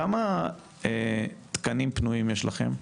כמה תקנים פנויים יש לכם,